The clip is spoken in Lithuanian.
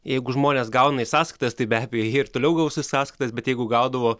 jeigu žmonės gauna į sąskaitas tai be abejo jie ir toliau gaus į sąskaitas bet jeigu gaudavo